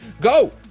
go